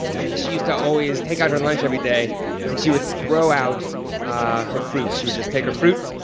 and she used to always take out her lunch every day and she would throw out her fruit. she would just take her fruit,